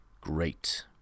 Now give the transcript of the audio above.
great